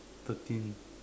thirteen